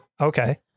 Okay